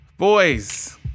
Boys